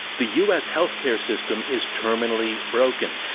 the u. s. healthcare system is terminally broken.